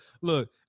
look